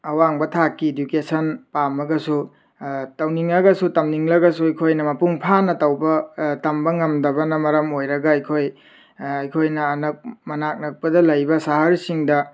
ꯑꯋꯥꯡꯕ ꯊꯥꯛꯀꯤ ꯏꯗꯨꯀꯦꯁꯟ ꯄꯥꯝꯃꯒꯁꯨ ꯇꯧꯅꯤꯡꯉꯒꯁꯨ ꯇꯝꯅꯤꯡꯂꯒꯁꯨ ꯑꯩꯈꯣꯏꯅ ꯃꯄꯨꯡ ꯐꯥꯅ ꯇꯧꯕ ꯇꯝꯕ ꯉꯝꯗꯕꯅ ꯃꯔꯝ ꯑꯣꯏꯔꯒ ꯑꯩꯈꯣꯏ ꯑꯩꯈꯣꯏꯅ ꯃꯅꯥꯛ ꯅꯛꯄꯗ ꯂꯩꯕ ꯁꯍꯔꯁꯤꯡꯗ